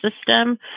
system